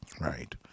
right